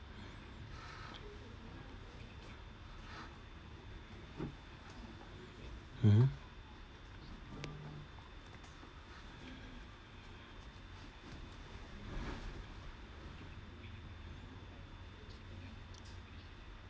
mmhmm